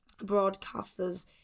broadcasters